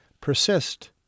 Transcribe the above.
persist